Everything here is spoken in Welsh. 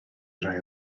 rai